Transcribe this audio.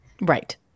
Right